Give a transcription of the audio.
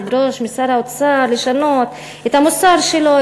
לדרוש משר האוצר לשנות את המוסר שלו,